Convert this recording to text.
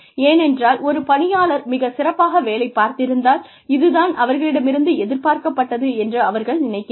ஏனென்றால் ஒரு பணியாளர் மிகச் சிறப்பாக வேலை பார்த்திருந்தால் இதுத் தான் அவர்களிடமிருந்து எதிர்பார்க்கப்பட்டது என்று அவர்கள் நினைக்கிறார்கள்